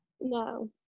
No